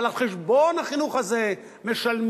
אבל על חשבון החינוך הזה משלמים,